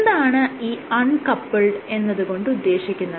എന്താണ് ഈ അൺകപ്പിൾഡ് എന്നത് കൊണ്ട് ഉദ്ദേശിക്കുന്നത്